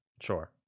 Sure